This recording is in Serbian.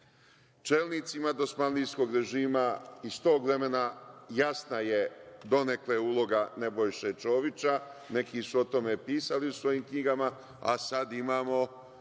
preduzima. Čelnicima dosmajlinskog režima iz tog vremena jasna je donekle uloga Nebojše Čovića. Neki su o tome pisali u svojim knjigama, a sada imamo